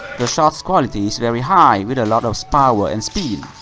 the shot's quality is very high, with a lot of power, and spin.